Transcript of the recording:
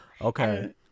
Okay